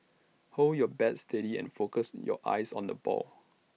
hold your bat steady and focus your eyes on the ball